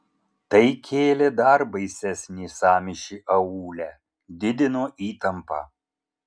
tai kėlė dar baisesnį sąmyšį aūle didino įtampą